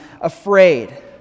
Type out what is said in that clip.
afraid